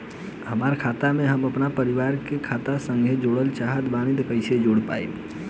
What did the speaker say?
हमार खाता के हम अपना परिवार के खाता संगे जोड़े चाहत बानी त कईसे जोड़ पाएम?